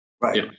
Right